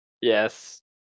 Yes